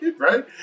Right